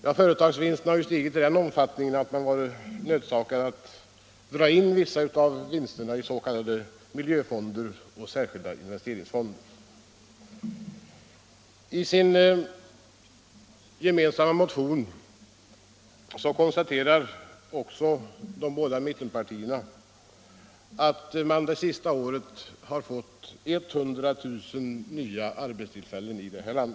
Ja, företagsvinsterna har ju stigit i en sådan omfattning att man varit nödsakad att dra in vissa av vinsterna i s.k. miljöfonder och särskilda investeringsfonder. I sin gemensamma motion konstaterar också de båda mittenpartierna att vi det senaste året har fått 100 000 nya arbetstillfällen i detta land.